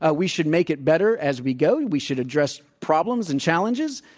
ah we should make it better as we go. we should address problems and challenges.